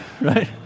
Right